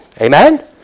Amen